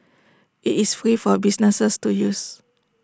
IT is free for businesses to use